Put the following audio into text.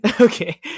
Okay